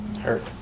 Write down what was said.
hurt